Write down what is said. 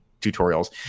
tutorials